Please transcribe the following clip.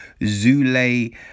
Zule